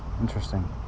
Interesting